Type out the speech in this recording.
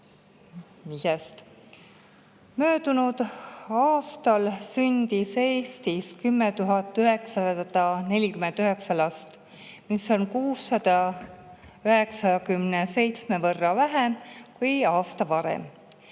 Möödunud aastal sündis Eestis 10 949 last, mis on 697 võrra vähem kui aasta varem.